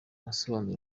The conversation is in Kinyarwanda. asobanura